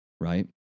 right